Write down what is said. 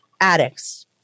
addicts